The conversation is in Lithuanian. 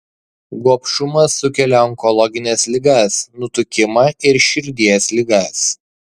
gobšumas sukelia onkologines ligas nutukimą ir širdies ligas